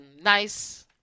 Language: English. nice